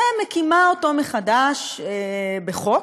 ומקימה אותו מחדש בחוק.